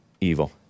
evil